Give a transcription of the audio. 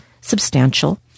substantial